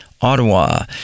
Ottawa